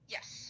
Yes